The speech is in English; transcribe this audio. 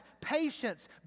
patience